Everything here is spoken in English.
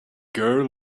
girl